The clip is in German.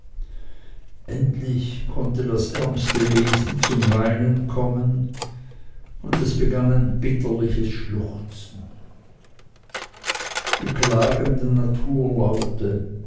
endlich konnte das ärmste wesen zum weinen kommen und es begann ein bitterliches schluchzen die klagenden